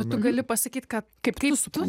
tu gali pasakyti kad kaip su tuo